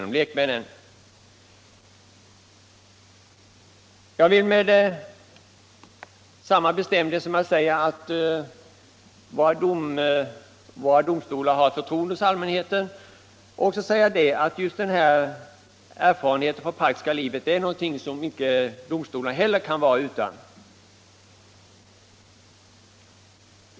Med samma bestämdhet som jag sade att våra domstolar har allmänhetens förtroende vill jag påstå att denna praktiska erfarenhet är något som domstolarna inte kan vara utan.